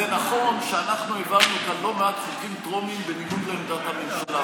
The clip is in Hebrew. זה נכון שאנחנו העברנו כאן לא מעט חוקים טרומיים בניגוד לעמדת הממשלה,